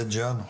בית ג'אן,